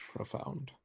Profound